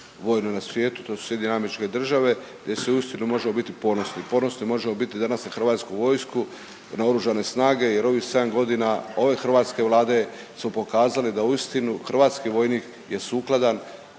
vojnoj na svijetu, to su SAD gdje uistinu možemo biti ponosni. Ponosni možemo biti danas na HV, na Oružane snage jer u ovih 7.g. ove hrvatske Vlade smo pokazali da uistinu hrvatski vojnik je sukladan